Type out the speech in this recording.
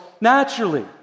naturally